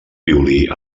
violí